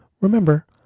Remember